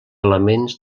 elements